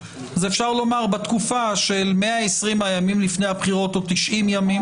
אפשר לומר שבתקופה של 120 הימים לפני הבחירות או 90 ימים.